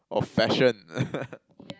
of fashion